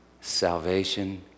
Salvation